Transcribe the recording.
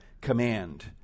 command